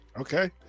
Okay